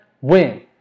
win